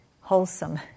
wholesome